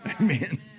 Amen